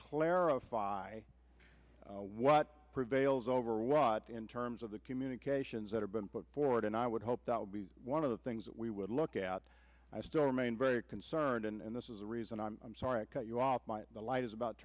clarify what prevails over what in terms of the communications that have been put forward and i would hope that would be one of the things that we would look at i still remain very concerned and this is the reason i'm sorry to cut you off the light is about